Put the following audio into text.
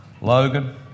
Logan